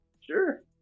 Sure